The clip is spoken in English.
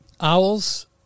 owls